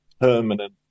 permanent